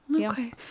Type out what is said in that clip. Okay